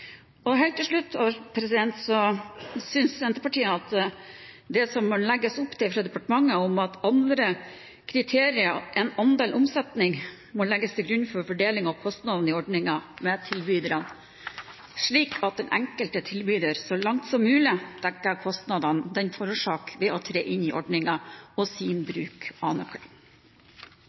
helt til slutt: Senterpartiet synes at det som det legges opp til av departementet om andre kriterier enn «andel omsetning», må legges til grunn for fordelingen av kostnadene i ordningen mellom tilbyderne, slik at den enkelte tilbyder så langt som mulig dekker kostnadene den forårsaker ved å tre inn i ordningen og sin bruk av nøkler.